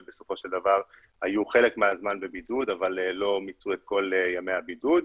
ובסופו של דבר היו חלק מהזמן בבידוד אבל לא מיצו את כל ימי הבידוד.